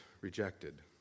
rejected